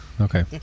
Okay